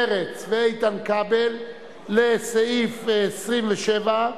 מרצ ואיתן כבל לסעיף 27,